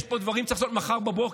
יש פה דברים שצריך לעשות מחר בבוקר.